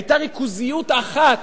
היתה ריכוזיות אחת.